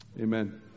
Amen